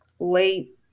late